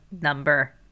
number